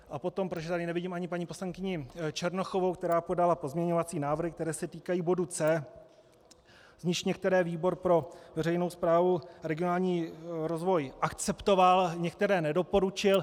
A potom, protože tady nevidím ani paní poslankyni Černochovou, která podala pozměňovací návrhy, které se týkají bodu C, z nichž některé výbor pro veřejnou správu, regionální rozvoj akceptoval, některé nedoporučil.